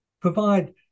Provide